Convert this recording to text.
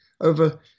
over